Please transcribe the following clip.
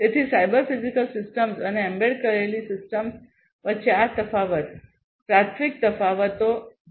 તેથી cyber physical systems અને embed કરેલી સિસ્ટમ્સ વચ્ચે આ તફાવત પ્રાથમિક તફાવતો છે